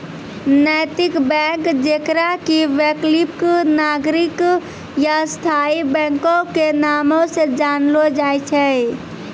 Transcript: नैतिक बैंक जेकरा कि वैकल्पिक, नागरिक या स्थायी बैंको के नामो से जानलो जाय छै